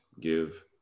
Give